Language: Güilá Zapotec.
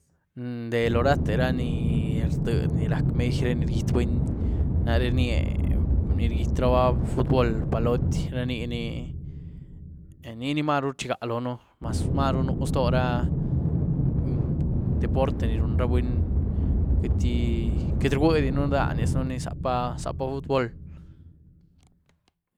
de lo rate ra ní rdiedy, ni rac´ mejïej reé, ní rgyiety buny nare rnyiéh ni rgyietraba futbool, palotý, ra niní niní marú rchigá loën, maz marú nú ztora deporte ni run ra buny, queitydi-queity rwuédiën danyazën zapa-zapa futbool.